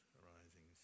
arising